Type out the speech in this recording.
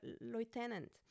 lieutenant